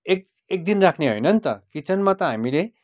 एक एकदिन राख्ने होइन नि त किचनमा त हामीले